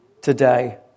today